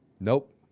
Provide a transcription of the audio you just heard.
Nope